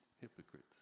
hypocrites